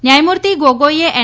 ન્યાયમૂર્તિ ગોગોઇએ એન